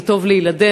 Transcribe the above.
זה טוב לילדינו,